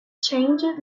changed